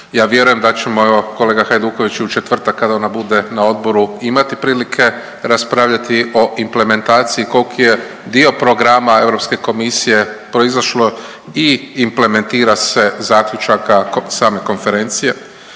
Ja vjerujem da ćemo, evo kolega Hajduković, u četvrtak kad ona bude na odboru imati prilike raspravljati o implementaciji kolki je dio programa Europske komisije proizašlo i implementira se zaključaka same konferencije,